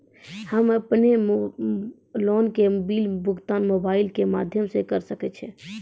हम्मे अपन लोन के बिल भुगतान मोबाइल के माध्यम से करऽ सके छी?